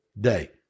day